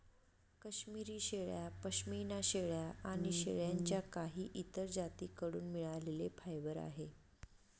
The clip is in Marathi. काश्मिरी शेळ्या, पश्मीना शेळ्या आणि शेळ्यांच्या काही इतर जाती कडून मिळालेले फायबर आहे